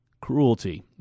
cruelty